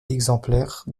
exemplaires